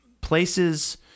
places